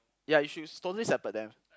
ya you should totally separate them